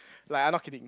like I'm not kidding